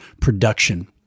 production